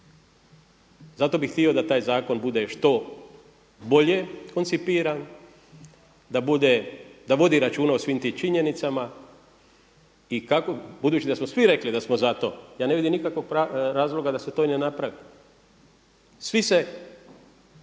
Zato bi htio da taj zakon bude što bolje koncipiran, da vodi računa o svim tim činjenicama i budući da smo svi rekli da smo za to, ja ne vidim nikakvog razloga se to i ne napravi. Svi se